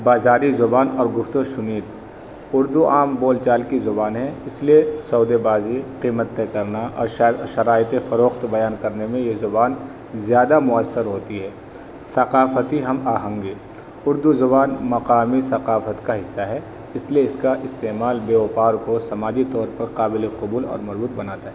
بازاری زبان اور گفت و شنید اردو عام بول چال کی زبان ہے اس لیے سودے بازی قیمت کرنا اور شرائط فروخت بیان کرنے میں یہ زبان زیادہ مؤثر ہوتی ہے ثقافتی ہم آہنگے اردو زبان مقامی ثقافت کا حصہ ہے اس لیے اس کا استعمال بیےوپار کو سماجی طور پر قابل قبول اور مربوط بناتا ہے